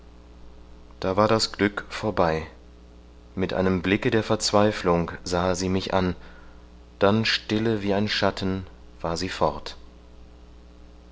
da war das glück vorbei mit einem blicke der verzweiflung sahe sie mich an dann stille wie ein schatten war sie fort